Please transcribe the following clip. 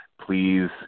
please